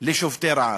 לשובתי רעב.